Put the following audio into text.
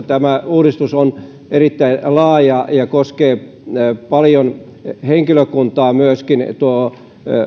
tämä uudistus on erittäin laaja ja koskee paljon henkilökuntaa myöskin tuo